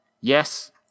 yes